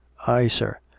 aye, sir.